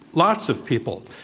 lots of people.